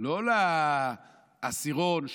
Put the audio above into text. לא לעשירון,